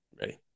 Ready